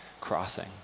crossing